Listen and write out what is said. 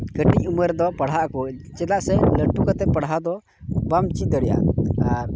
ᱠᱟᱹᱴᱤᱡ ᱩᱢᱮᱨ ᱨᱮᱫᱚ ᱯᱟᱲᱦᱟᱣᱟᱠᱚ ᱪᱮᱫᱟᱜ ᱥᱮ ᱞᱟᱹᱴᱩ ᱠᱟᱛᱮᱫ ᱯᱟᱲᱦᱟᱣ ᱫᱚ ᱵᱟᱢ ᱪᱮᱫ ᱫᱟᱲᱮᱭᱟᱜᱼᱟ ᱟᱨ